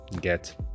get